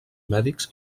mèdics